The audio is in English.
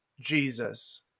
Jesus